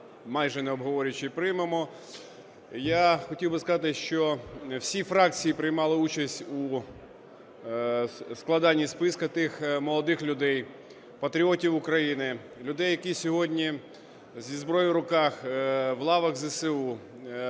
майже не обговорюючи, приймемо. Я хотів би сказати, що всі фракції приймали участь у складанні списку тих молодих людей, патріотів України, людей, які сьогодні зі зброєю в руках в лавах ЗСУ,